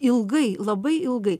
ilgai labai ilgai